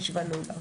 הישיבה נעולה.